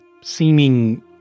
seeming